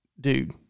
dude